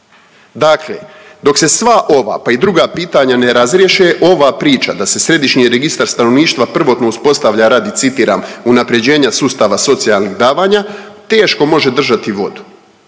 Dakle, dok se sva ova, pa i druga pitanja ne razriješe ova priča da se središnji registar stanovništva prvotno uspostava radi, citiram, unaprjeđenja sustava socijalnih davanja, teško može držati vodu